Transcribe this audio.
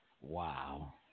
Wow